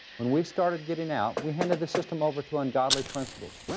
when we started getting out, we handed the system over to ungodly principles.